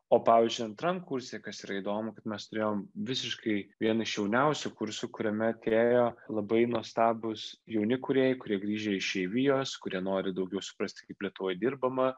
o pavyzdžiui antram kurse kas yra įdomu kad mes turėjom visiškai vieną iš jauniausių kursų kuriame atėjo labai nuostabūs jauni kūrėjai kurie grįžę išeivijos kurie nori daugiau suprasti kaip lietuvoj dirbama